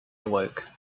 awoke